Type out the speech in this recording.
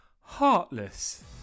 heartless